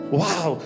wow